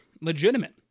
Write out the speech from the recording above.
legitimate